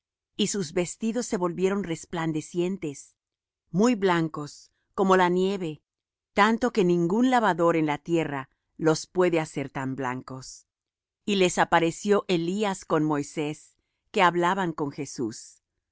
y sus vestidos se volvieron resplandecientes muy blancos como la nieve tanto que ningún lavador en la tierra los puede hacer tan blancos y les apareció elías con moisés que hablaban con jesús